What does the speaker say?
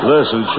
Listen